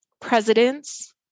Presidents